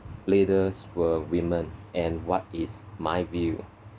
leaders were women and what is my view